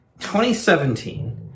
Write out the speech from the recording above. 2017